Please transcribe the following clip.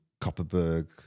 Copperberg